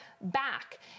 back